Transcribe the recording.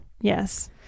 Yes